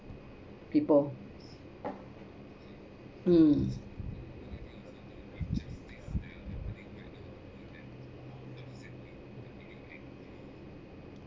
people mm